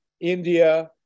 India